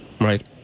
Right